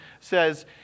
says